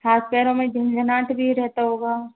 हाथ पैरों में झंझनाहट भी रहता होगा